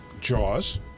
Jaws